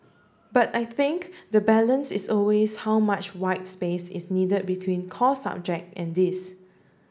but I think the balance is always how much white space is needed between core subject and this